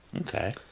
Okay